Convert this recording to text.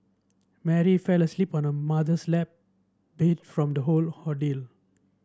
Mary fell asleep on her mother's lap beat from the whole ordeal